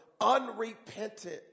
unrepentant